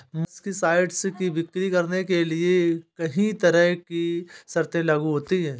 molluscicides की बिक्री करने के लिए कहीं तरह की शर्तें लागू होती है